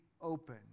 open